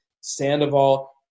Sandoval